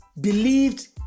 believed